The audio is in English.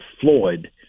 Floyd